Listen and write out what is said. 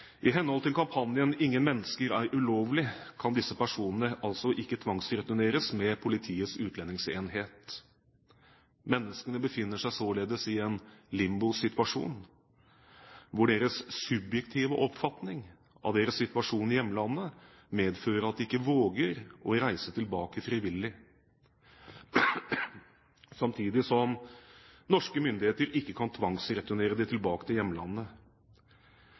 I henhold til kampanjen «ingen mennesker er ulovlige» kan disse personene altså ikke tvangsreturneres med Politiets utlendingsenhet. Menneskene befinner seg således i en limbosituasjon hvor deres subjektive oppfatning av deres situasjon i hjemlandet medfører at de ikke våger å reise tilbake frivillig, samtidig som norske myndigheter ikke kan tvangsreturnere dem til hjemlandet.